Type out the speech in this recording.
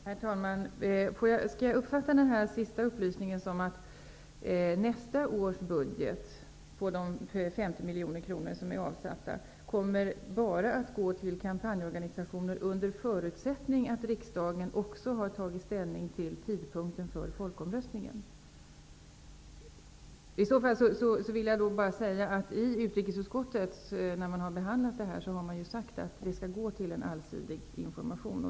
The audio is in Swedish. Herr talman! Skall jag uppfatta den sista upplysningen som att nästa års budget, de 50 miljoner kronor som är avsatta, kommer att gå bara till kampanjorganisationer under förutsättning att riksdagen också har tagit ställning till tidpunkten för folkomröstningen? I så fall vill jag säga att utrikesutskottet, när man har behandlat detta, har sagt att det skall gå till en allsidig information.